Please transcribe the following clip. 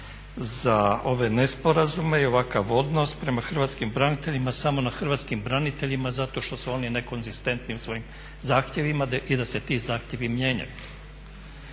za ove nesporazume i ovakav odnos prema hrvatskim braniteljima samo na hrvatskim braniteljima zato što su oni ne konzistentni u svojim zahtjevima i da se ti zahtjevi mijenjaju.